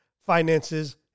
finances